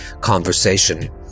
conversation